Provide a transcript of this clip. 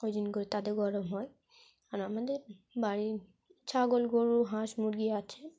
ওই জন্য করে তাতে গরম হয় আর আমাদের বাড়ি ছাগল গরু হাঁস মুরগি আছে